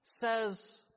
says